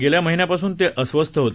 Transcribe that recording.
गेल्या महिन्यापासून ते अस्वस्थ होते